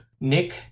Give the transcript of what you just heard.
Nick